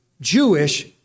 Jewish